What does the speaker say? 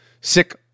Sick